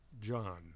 John